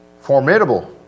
Formidable